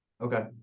Okay